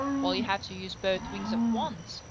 while you have to use both wings at once,